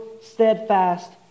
steadfast